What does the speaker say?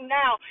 now